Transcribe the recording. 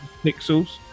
Pixels